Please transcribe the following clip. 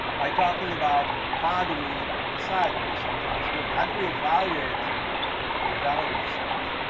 by talking about, how do we decide whether something is good? how do we evaluate the value of search?